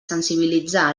sensibilitzar